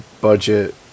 budget